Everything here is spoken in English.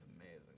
amazing